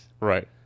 Right